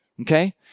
okay